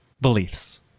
beliefs